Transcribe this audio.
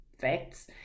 facts